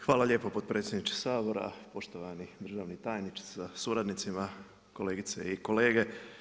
Hvala lijepo potpredsjedniče Sabora, poštovani državni tajniče sa suradnicima, kolegice i kolege.